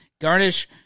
Garnish